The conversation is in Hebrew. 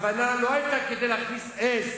הכוונה לא היתה כדי להכניס עז,